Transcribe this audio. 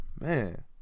Man